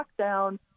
lockdown